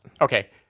okay